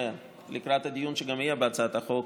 לקראת הדיון שיהיה בהצעת החוק,